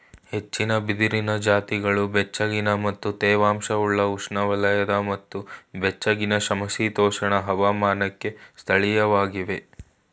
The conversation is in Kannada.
ಹೆಚ್ಚಿನ ಬಿದಿರಿನ ಜಾತಿಗಳು ಬೆಚ್ಚಗಿನ ಮತ್ತು ತೇವಾಂಶವುಳ್ಳ ಉಷ್ಣವಲಯದ ಮತ್ತು ಬೆಚ್ಚಗಿನ ಸಮಶೀತೋಷ್ಣ ಹವಾಮಾನಕ್ಕೆ ಸ್ಥಳೀಯವಾಗಿವೆ